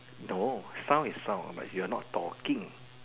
no sound is sound but you are talking